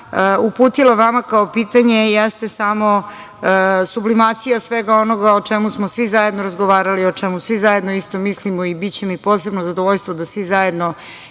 uputila vama kao pitanje jeste samo sublimacija svega onoga o čemu smo svi zajedno razgovarali, o čemu svi zajedno isto mislimo. Biće mi posebno zadovljstvo da svim zajedno